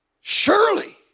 surely